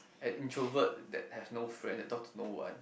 an introvert that have no friend that talk to no one